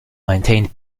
maintained